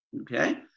Okay